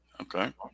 Okay